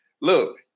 Look